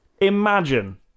imagine